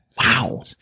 Wow